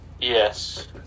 Yes